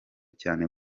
cyane